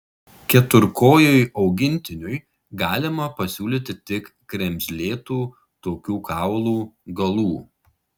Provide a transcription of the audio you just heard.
keturkojui augintiniui galima pasiūlyti tik kremzlėtų tokių kaulų galų